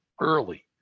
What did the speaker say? early